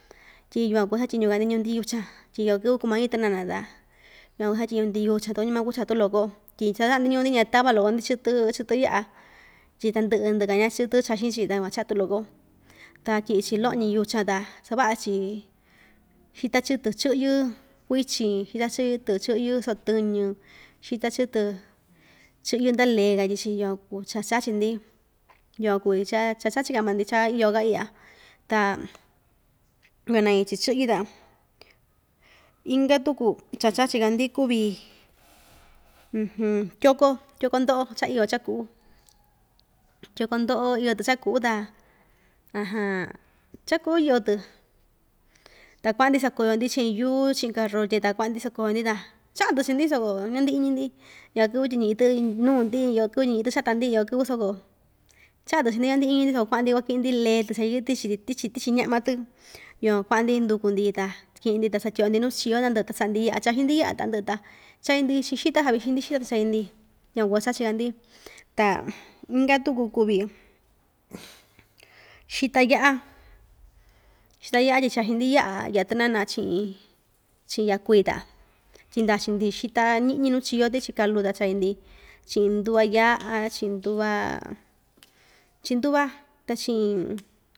Tyi yukuan kuu cha satyiñuka‑ndi ñuu‑ndi yuchan tyi iyo kɨvɨ kumañi tɨnana ta yukuan kuu cha satyiñu‑ndi yuchan takuñu maa kuu chatu loko tyi cha saꞌa‑ndi ñuu‑ndi tyi ña tava loko‑ndi chɨtɨ chɨtɨ tyi tandɨꞌɨ ndɨkaa ndya chɨtɨ chaxin‑chi ta tukuan chatu loko ta tyiꞌi‑chi loꞌoñi yuchan ta savaꞌa‑chi xita chɨtɨ chɨꞌyɨ kuichin xita chɨꞌyɨ tɨ chɨꞌyɨ soꞌo tɨñi yita chɨtɨ chɨꞌyɨ ndaꞌa lee katyichi yukuan tsa katyichi ndi, yaa kuvi cha chachika maa‑ndi cha iyo kaa iꞌya ta yukuan nañi‑chi chɨꞌyɨ ta inka tuku cha chachi‑ta‑ndi kuvi tyóko tyóko ndoꞌo cha iyo chaꞌa kuꞌu tyóko ndoꞌo iyo‑tɨ chaꞌa kuꞌu ta chaꞌ kuꞌu iyo‑tɨ ta kuaꞌan‑ndi sako‑yo‑ndi chiꞌin yuu chiꞌin karrotye ta kuaꞌa‑ndi sakoyo‑ndi ta chaꞌa‑tɨ chii‑ndi soko ña ndiꞌiñi‑ndi ñiꞌi‑tɨ ii nuu‑ndi iyo kɨvɨ tyi ñiꞌi‑tɨ chata‑ndi iyo kɨvɨ soko chaꞌa‑tɨ chii‑ndi ña ndiꞌiñindi soko kuaꞌan‑ndi kuakiꞌi‑ndi lee‑tɨ cha cha yɨꞌɨ tichi tichi tichi ñaꞌma‑tɨ yua kuaꞌa‑ndi nduku‑ndi ta tyiꞌi‑ndi ta satyiꞌyo‑ndi nuu chio ta ndɨꞌɨ ta saꞌa‑ndi yaꞌa chaxin‑ndi yaꞌa ta ndɨꞌɨ ta chai‑ndi chiꞌi xita savixin‑ndi xita cha chai‑ndi yukuan kuu cha chachika‑ndi ta inka tuku kuuvi xita yaꞌa xita yaꞌa tyi chaxin‑ndi yaꞌa yaꞌa tɨnana chiꞌin chiꞌin yaꞌakui ta tyindachi‑ndi xita ñiꞌñi nuu chio tichi kalu ta chai‑ndi chiꞌin nduva yaꞌa chiꞌin nduva chiꞌin nduva ta chiꞌin.